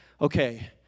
okay